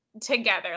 together